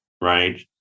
right